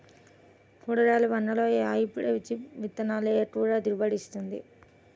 కూరగాయలలో వంగలో ఏ హైబ్రిడ్ విత్తనం ఎక్కువ దిగుబడిని ఇస్తుంది?